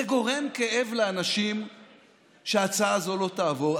זה גורם כאב לאנשים שההצעה הזאת לא תעבור.